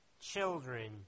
children